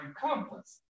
Compass